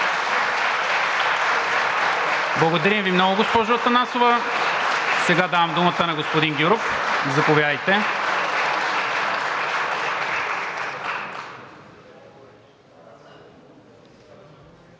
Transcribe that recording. Благодаря Ви много, госпожо Атанасова. Сега давам думата на господин Гюров – заповядайте.